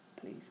Please